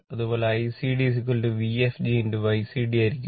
അതുപോലെ Icd Vfg Ycd ആയിരിക്കും